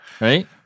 right